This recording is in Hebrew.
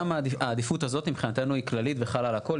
גם העדיפות הזאת מבחינתנו היא כללית וחלה על הכל.